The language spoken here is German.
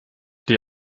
die